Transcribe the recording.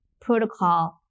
protocol